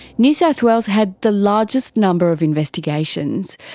new south wales had the largest number of investigations.